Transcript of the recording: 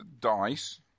dice